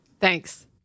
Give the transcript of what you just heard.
Thanks